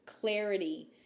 clarity